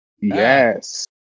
Yes